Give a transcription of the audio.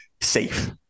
safe